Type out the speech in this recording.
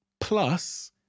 Plus